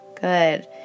good